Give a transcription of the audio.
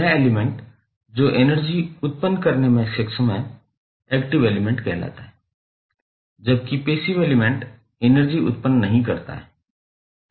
वह एलिमेंट जो एनर्जी उत्पन्न करने में सक्षम है एक्टिव एलिमेंट कहलाता है जबकि पैसिव एलिमेंट एनर्जी उत्पन्न नहीं करता है